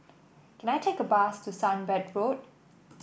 can I take a bus to Sunbird Road